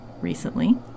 recently